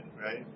right